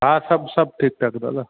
हा सभु सभु ठीकु ठाकु दादा